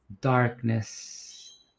darkness